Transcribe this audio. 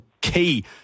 key